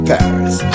Paris